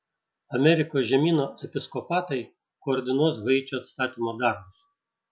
amerikos žemyno episkopatai koordinuos haičio atstatymo darbus